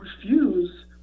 refuse